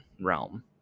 realm